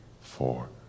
four